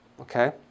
Okay